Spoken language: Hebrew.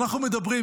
ואנחנו מדברים,